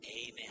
Amen